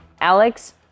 Alex